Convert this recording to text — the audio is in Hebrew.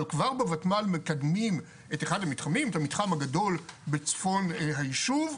אבל כבר בוותמ"ל מקדמים את אחד המתחמים ואת המתחם הגדול בצפון הישוב.